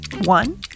One